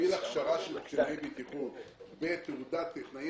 הכשרה של קציני בטיחות בתעודת טכנאי